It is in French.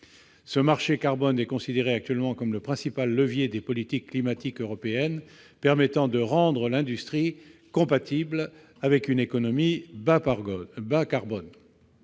Ce marché carbone est actuellement considéré comme le principal levier des politiques climatiques européennes, permettant de rendre l'industrie compatible avec une économie bas carbone.